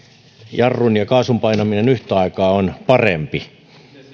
jarrun ja kaasun painaminen yhtä aikaa on parempi